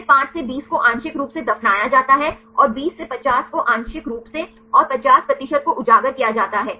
फिर 5 से 20 को आंशिक रूप से दफनाया जाता है और 20 से 50 को आंशिक रूप से और 50 प्रतिशत को उजागर किया जाता है